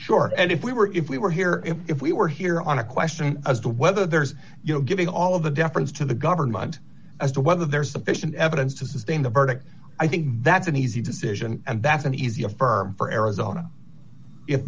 short end if we were if we were here if we were here on a question as to whether there's you know given all of the deference to the government as to whether there's sufficient evidence to sustain the verdict i think that's an easy decision and that's an easy affirm for arizona if